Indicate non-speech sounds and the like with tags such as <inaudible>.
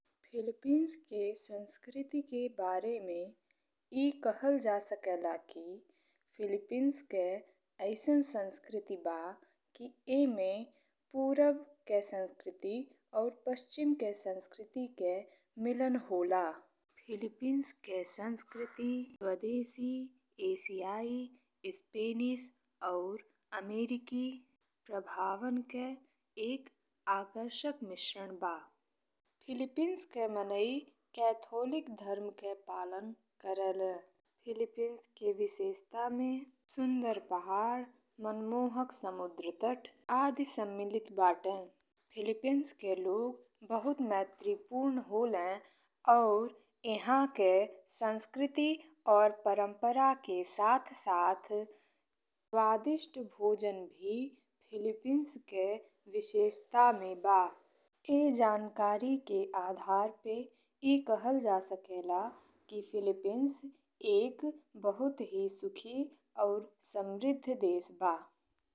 Philippines के संस्कृति के बारे में ए कहल जा सकेला कि फिलिपीन्स के अइसन संस्कृति बा कि एमे पूरब के संस्कृति और पश्चिम के संस्कृति के मिलन होला। फिलिपीन्स के संस्कृति <noise> स्वदेशी, एशियाई, स्पेनिश और और अमेरिकी प्रभावन के एक आकर्षक मिश्रण बा। फिलिपीन्स के मनई केथोलिक धर्म के पालन करेलें। फिलिपीन्स के विशेषता में सुंदर पहाड़, मनमोहक समुद्र तट आदि सम्मिलित बाटे। फिलिपीन्स <noise> के लोग बहुत मैत्रीपूर्ण होले और एह के संस्कृति और परम्परा के साथ-साथ स्वादिष्ट भोजन भी फिलिपीन्स के विशेषता में बा। <noise> ई जानकारी के आधार पे ए कहल जा सकेला कि फिलिपीन्स एक बहुत ही सुखी और समृद्ध देश बा।